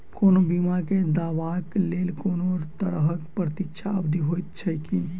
कोनो बीमा केँ दावाक लेल कोनों तरहक प्रतीक्षा अवधि होइत छैक की?